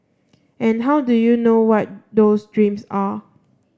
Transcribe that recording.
and how do you know what those dreams are